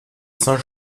saint